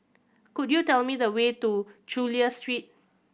could you tell me the way to Chulia Street